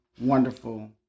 Wonderful